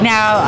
Now